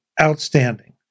outstanding